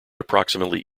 approximately